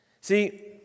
See